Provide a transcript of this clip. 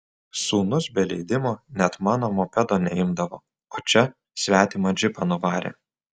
sūnus be leidimo net mano mopedo neimdavo o čia svetimą džipą nuvarė